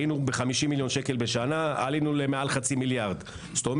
בהיקף של 3.2 מיליארד ₪,